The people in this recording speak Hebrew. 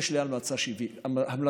שיש לי המלצה שביעית.